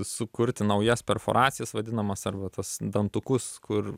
sukurti naujas perforacijas vadinamas arba tuos dantukus kur